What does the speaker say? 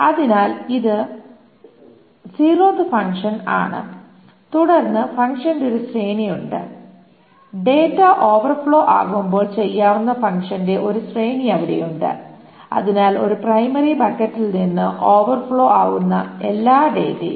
അതിനാൽ ഇത് 0th function ആണ് തുടർന്ന് ഫങ്ക്ഷന്റെ ഒരു ശ്രേണി ഉണ്ട് അതായത് ഡാറ്റ ഓവർഫ്ലോ ആവുമ്പോൾ ചെയ്യാവുന്ന ഫങ്ക്ഷന്റെ ഒരു ശ്രേണി അവിടെ ഉണ്ട് അതിനാൽ ഒരു പ്രൈമറി ബക്കറ്റിൽ നിന്ന് ഓവർഫ്ലോ ആവുന്ന എല്ലാ ഡാറ്റയും